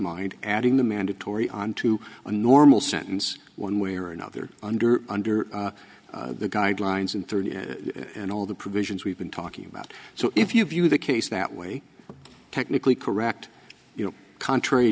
mind adding the mandatory on to a normal sentence one way or another under under the guidelines and third and all the provisions we've been talking about so if you view the case that way technically correct you know contrary